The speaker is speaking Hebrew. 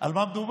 על מה מדובר